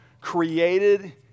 created